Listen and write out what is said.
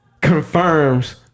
Confirms